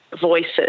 voices